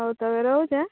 ହଉ ତା'ହେଲେ ରହୁଛି